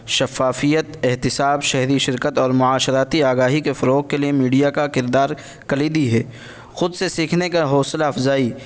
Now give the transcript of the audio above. شفافیت احتساب شہری شرکت اور معاشراتی آگاہی کے فروغ کے لیے میڈیا کا کردار کلیدی ہے خود سے سیکھنے کا حوصلہ افزائی